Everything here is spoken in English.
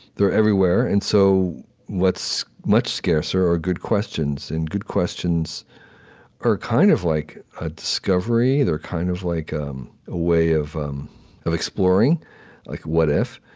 they're everywhere, and so what's much scarcer are good questions. and good questions are kind of like a discovery. they're kind of like um a way of um of exploring what if?